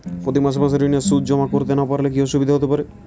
প্রতি মাসে মাসে ঋণের সুদ জমা করতে না পারলে কি অসুবিধা হতে পারে?